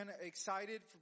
excited